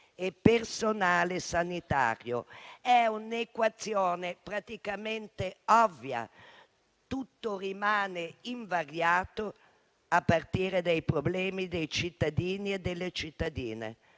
e personale sanitario. È un'equazione praticamente ovvia. Tutto rimane invariato, a partire dai problemi dei cittadini e delle cittadine.